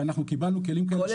וקיבלנו כלים כאלה שהוסבו.